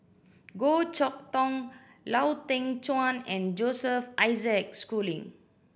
Goh Chok Tong Lau Teng Chuan and Joseph Isaac Schooling